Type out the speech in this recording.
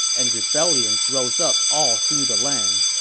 and rebellions rose up all through the land.